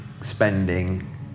spending